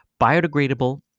biodegradable